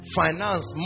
finance